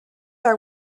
our